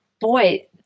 boy